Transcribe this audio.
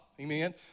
amen